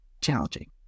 challenging